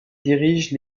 dirige